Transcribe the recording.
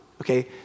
Okay